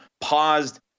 paused